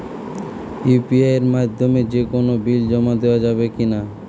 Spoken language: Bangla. ইউ.পি.আই এর মাধ্যমে যে কোনো বিল জমা দেওয়া যাবে কি না?